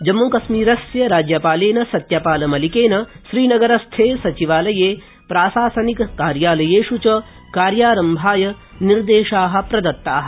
जम्मुकश्मीरस्य राज्यपालेन सत्यपाल मलिकेन श्रीनगरस्थे सचिवालये प्राशासनिक कार्यालयेष् च कार्यारम्भाय निर्देशा प्रदत्ता